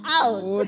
out